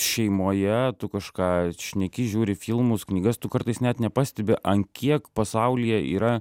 šeimoje tu kažką šneki žiūri filmus knygas tu kartais net nepastebi an kiek pasaulyje yra